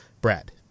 Brad